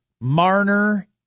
Marner